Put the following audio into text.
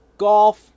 golf